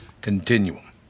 Continuum